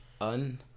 un